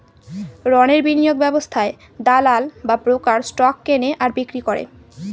রণের বিনিয়োগ ব্যবস্থায় দালাল বা ব্রোকার স্টক কেনে আর বিক্রি করে